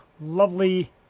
lovely